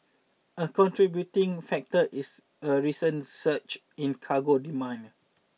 a contributing factor is a recent surge in cargo demand